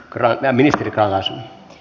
karate mikrolla sun e